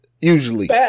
usually